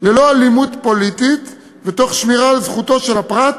ללא 'אלימות פוליטית' ותוך שמירת על זכותו של הפרט